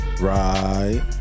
right